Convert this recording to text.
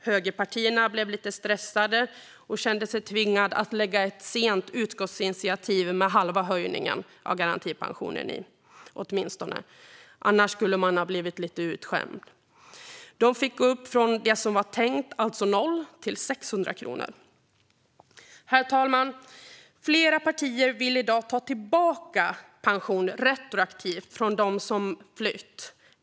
Högerpartierna blev lite stressade av detta och kände sig tvingade att lägga fram ett sent utskottsinitiativ med hälften så stor höjning av garantipensionen, för annars skulle de ha skämt ut sig. De fick alltså gå från noll kronor till 600 kronor. Herr talman! Flera partier vill i dag ta tillbaka pension retroaktivt från dem som flytt till Sverige.